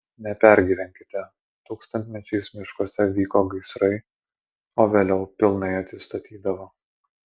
nepergyvenkite tūkstantmečiais miškuose vyko gaisrai o vėliau pilnai atsistatydavo